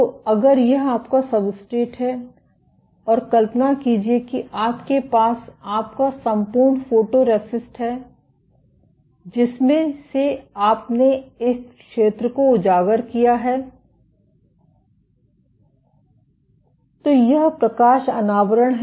तो अगर यह आपका सब्सट्रेट है और कल्पना कीजिए कि आपके पास यह आपका संपूर्ण फोटोरिस्टिस्ट है जिसमें से आपने इस क्षेत्र को उजागर किया है तो यह प्रकाश अनावरण है